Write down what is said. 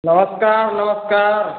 नमस्कार नमस्कार